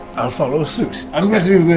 i'll follow suit. i'm going to.